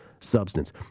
substance